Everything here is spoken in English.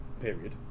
period